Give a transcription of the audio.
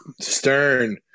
stern